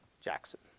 Jackson